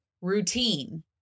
routine